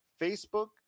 Facebook